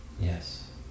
Yes